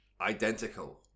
identical